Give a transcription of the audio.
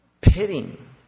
pitting